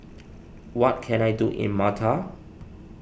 what can I do in Malta